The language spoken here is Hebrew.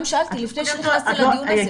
גם שאלתי לפני שנכנסתי לדיון הזה.